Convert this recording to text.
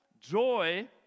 joy